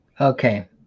Okay